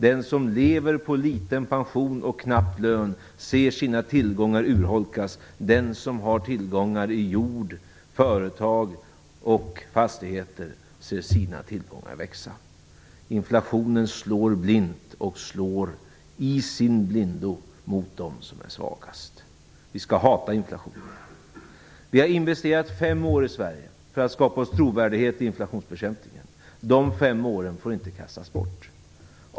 Den som lever på en liten pension och en knapp lön ser sina tillgångar urholkas. Den som har tillgångar i jord, företag och fastigheter ser sina tillgångar växa. Inflationen slår blint och slår i sin blindo mot dem som är svagast. Vi skall hata inflationen. Vi har i Sverige investerat fem år för att skapa oss trovärdighet i inflationsbekämpningen. De fem åren får inte kastas bort.